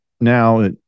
now